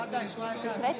חברי הכנסת,